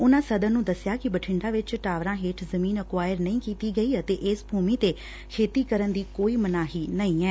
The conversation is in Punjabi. ਉਨੁਾਂ ਸਦਨ ਨੂੰ ਦਸਿਆ ਕਿ ਬਠਿੰਡਾ ਵਿਚ ਟਾਵਰਾਂ ਹੇਠ ਜ਼ਮੀਨ ਅਕਵਾਇਰ ਨਹੀਂ ਕੀਤੀ ਗਈ ਅਤੇ ਇਸ ਭੂਮੀ ਤੇ ਖੇਤੀ ਕਰਨ ਦੀ ਕੋਈ ਮਨਾਹੀ ਨਹੀਂ ਐ